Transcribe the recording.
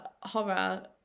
horror